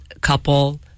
couple